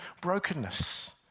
brokenness